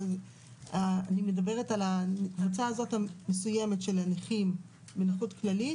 אני מדברת על הקבוצה הזאת המסוימת של הנכים עם נכות כללית.